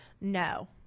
No